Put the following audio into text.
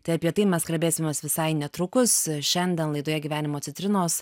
tai apie tai mes kalbėsimės visai netrukus šiandien laidoje gyvenimo citrinos